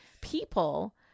people